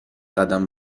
قدم